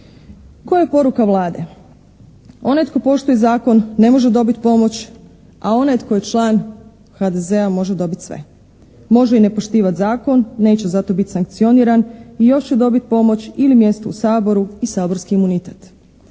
Koja je poruka Vlade? Onaj tko poštuje zakon ne može dobiti pomoć, a onaj tko je član HDZ-a može dobiti sve. Može i nepoštivati zakon, neće zato biti sankcioniran i još će dobiti pomoć ili mjesto u Saboru i saborski imunitet.